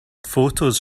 photos